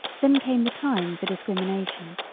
then came the time for discrimination,